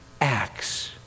acts